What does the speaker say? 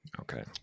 okay